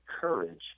courage